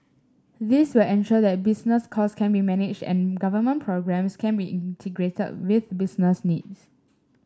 this will ensure that business cost can be managed and government programmes can be integrated with business needs